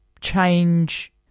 change